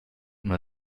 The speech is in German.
mir